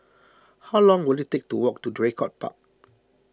how long will it take to walk to Draycott Park